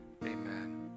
Amen